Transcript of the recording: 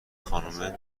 خانومه